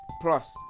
Plus